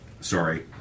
Sorry